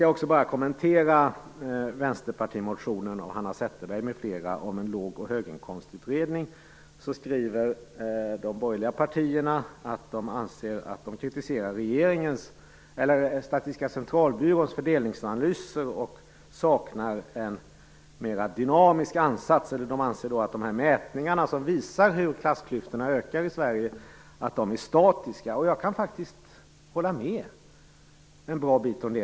Jag skall kommentera vänsterpartimotionen av Hanna Zetterberg m.fl. om en låg och höginkomstutredning. De borgerliga partierna skriver att de kritiserar Statistiska Centralbyråns fördelningsanalyser och att de saknar en mer dynamisk ansats. De anser att de mätningar som visar hur klassklyftorna ökar i Sverige är statiska. Jag kan faktiskt hålla med om en bra bit av detta.